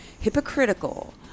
hypocritical